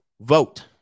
vote